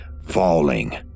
falling